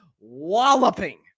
walloping